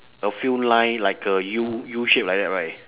a few line like a U U shape like that right